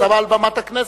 אתה מעל במת הכנסת.